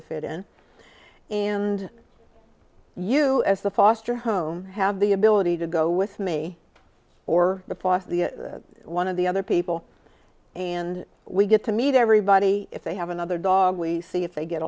to fit in and you as the foster home have the ability to go with me or the boss the one of the other people and we get to meet everybody if they have another dog we see if they get